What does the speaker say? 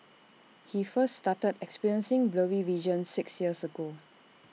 he first started experiencing blurry vision six years ago